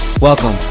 welcome